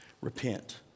repent